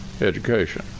education